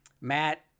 Matt